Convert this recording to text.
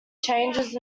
changes